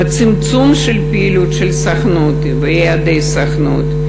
עם צמצום הפעילות של הסוכנות ויעדי הסוכנות,